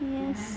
yes